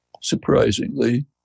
surprisingly